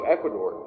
Ecuador